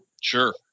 Sure